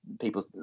people